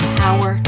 power